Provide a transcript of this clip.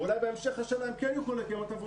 ואולי בהמשך השנה הם כן יוכלו לקיים אותן,